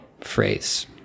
phrase